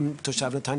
גם תושב נתניה.